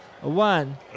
One